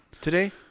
Today